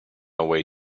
away